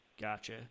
Gotcha